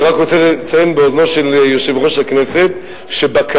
אני רק רוצה לציין באוזנו של יושב-ראש הכנסת שבכרמל,